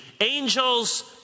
angels